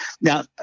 Now